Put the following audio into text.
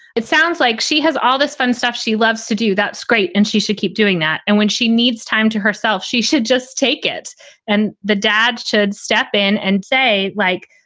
it sounds like she has all this fun stuff. she loves to do. that's great. and she should keep doing that. and when she needs time to herself, she should just take it and the dad should step in and say, like,